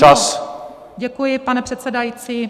Ano, děkuji, pane předsedající.